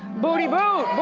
booty boot!